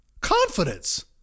Confidence